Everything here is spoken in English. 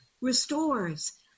restores